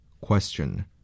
Question